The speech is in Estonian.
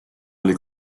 oli